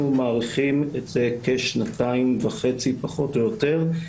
אנחנו מעריכים את זה כשנתיים וחצי פחות או יותר,